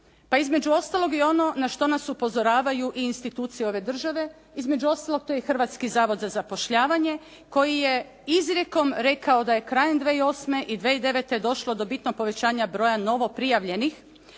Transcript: pa između ostaloga i ono na što nas upozoravaju i institucije ove države, između ostaloga tu je i Hrvatski zavod za zapošljavanje koji je izrijekom rekao da je krajem 2008. i 2009. došlo do bitno povećanja broja novo prijavljenih.